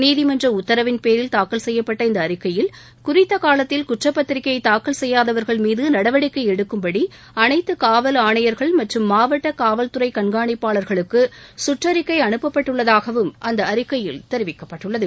நீதிமன்ற உத்தரவின்பேரில் தாக்கல் செய்யப்பட்ட இந்த அழிக்கையில் குறித்த காலத்தில் குற்றப்பத்திரிகையை தாக்கல் செய்யாதவர்கள் மீது நடவடிக்கை எடுக்கும்படி அனைத்து காவல் ஆணையர்கள் மற்றும் மாவட்ட காவல்துறை கண்காணிப்பாளர்களுக்கு சுற்றறிக்கை அனுப்பப்பட்டுள்ளதாகவும் அந்த அறிக்கையில் தெரிவிக்கப்பட்டுள்ளது